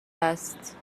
است